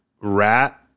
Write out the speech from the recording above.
rat